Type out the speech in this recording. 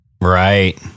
Right